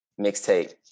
mixtape